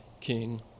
king